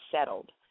settled